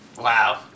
Wow